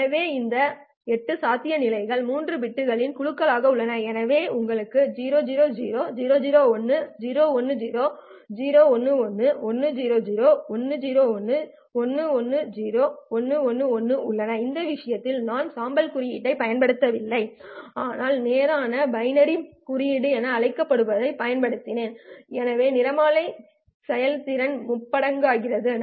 எனவே இந்த 8 சாத்தியமான மாநிலங்கள் 3 பிட்களின் குழுக்களைக் குறிக்கலாம் எனவே உங்களிடம் 000 001010011100101110111 உள்ளன இந்த விஷயத்தில் நான் சாம்பல் குறியீட்டைப் பயன்படுத்தவில்லை ஆனால் நேரான பைனரி குறியீட்டு என அழைக்கப்படுவதைப் பயன்படுத்தினேன் எனவே நிறமாலை செயல்திறன் மும்மடங்காகும்